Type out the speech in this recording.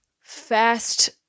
Fast